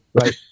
Right